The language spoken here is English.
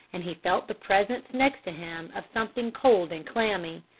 and he felt the presence next to him of something cold and clammy.